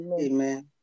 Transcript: amen